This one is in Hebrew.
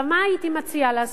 הייתי מציעה,